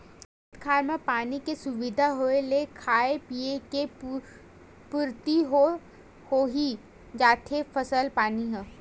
खेत खार म पानी के सुबिधा होय ले खाय पींए के पुरति तो होइ जाथे फसल पानी ह